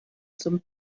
zum